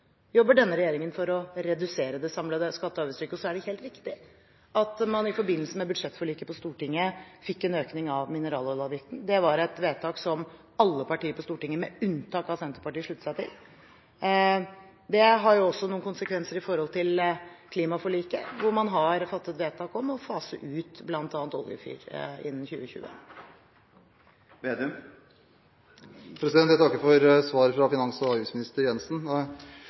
jobber denne regjeringen for å redusere det samlede skatte- og avgiftstrykket. Det er helt riktig at man i forbindelse med budsjettforliket på Stortinget fikk en økning i mineraloljeavgiften, et vedtak som alle partier – med unntak av Senterpartiet – sluttet seg til. Dette får også noen konsekvenser for klimaforliket, hvor man har fattet vedtak om bl.a. å fase ut oljefyring innen 2020. Jeg takker for svaret fra finans- og avgiftsminister Jensen.